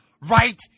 right